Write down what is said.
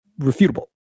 refutable